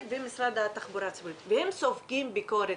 ומשרד התחבורה הציבורית והם סופגים את הביקורת,